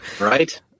Right